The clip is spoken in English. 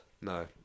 No